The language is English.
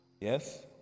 Yes